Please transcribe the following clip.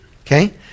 okay